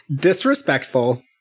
disrespectful